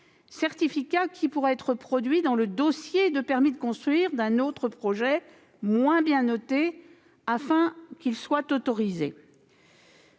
certificats pourraient être produits dans le dossier de permis de construire d'un autre projet moins bien noté pour que celui-ci soit autorisé.